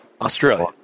Australia